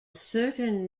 certain